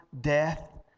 death